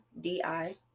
D-I